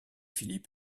phillip